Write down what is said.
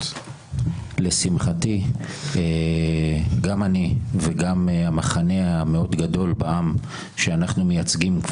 לשמחתי גם אני וגם המחנה המאוד גדול בעם שאנחנו מייצגים אותו,